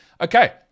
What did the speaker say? Okay